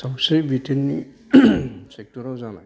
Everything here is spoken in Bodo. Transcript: सावस्रि बिथोननि सेक्ट'राव जानाय